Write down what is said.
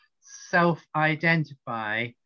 self-identify